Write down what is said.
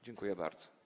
Dziękuję bardzo.